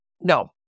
No